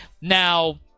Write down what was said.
Now